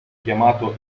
chiamato